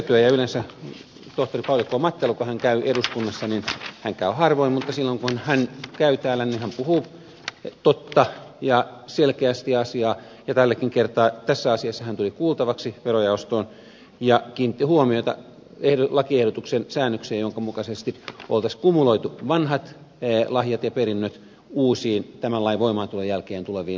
mattila kun hän käy eduskunnassa hän käy harvoin mutta silloin kun hän käy täällä hän puhuu totta ja selkeästi asiaa ja tälläkin kertaa tässä asiassa hän tuli kuultavaksi verojaostoon ja kiinnitti huomiota lakiehdotuksen säännökseen jonka mukaisesti olisi kumuloitu vanhat lahjat ja perinnöt uusiin tämän lain voimaantulon jälkeen tuleviin lahjoihin ja perintöihin